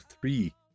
three